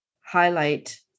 highlight